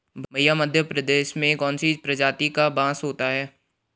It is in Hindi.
भैया मध्य प्रदेश में कौन सी प्रजाति का बांस होता है?